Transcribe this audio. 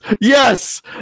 Yes